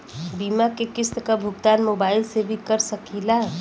बीमा के किस्त क भुगतान मोबाइल से भी कर सकी ला?